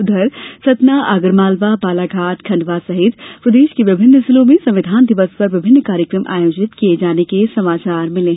उधर सतना आगरमालवा बालाघाट खंडवा सहित प्रदेश के विभिन्न जिलों में संविधान दिवस पर विभिन्न कार्यकम आयोजित किये जाने के समाचार मिले हैं